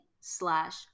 slash